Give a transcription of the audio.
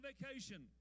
vacation